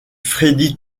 freddy